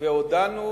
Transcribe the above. והודענו